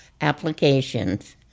applications